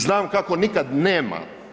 Znam kako nikad nema.